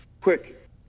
quick